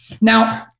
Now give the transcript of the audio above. Now